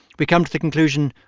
we've come to the conclusion,